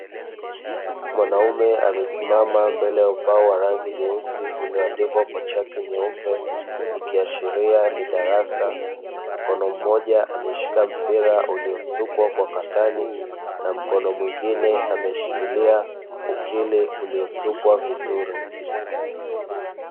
Mwanaume amesimama mbele ya ubao wa rangi nyeusi ulioandikwa kwa chaki nyeupe, ikiashiria ni darasa. Mkono mmoja ameshika mpira uliosukwa kwa katani na mkono mwingine ameshikilia ukili uliosukwa vizuri.